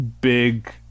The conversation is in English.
big